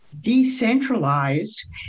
decentralized